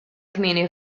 kmieni